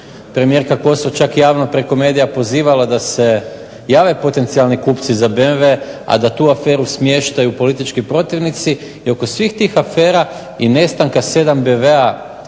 premijerka Kosor čak javno preko medija pozivala da se jave potencijalni kupci za BMW a da tu aferu smještaju politički protivnici. I oko svih tih afera i nestanka 7 BMW-a